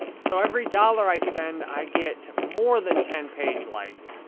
so every dollar i spent, i get more than ten page likes,